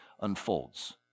unfolds